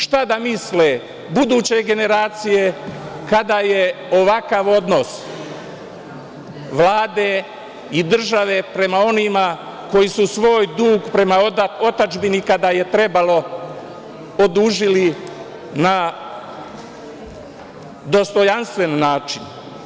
Šta da misle buduće generacije kada je ovakav odnos Vlade i države prema onima koji su svoj dug prema otadžbini kada je trebalo odužili na dostojanstven način.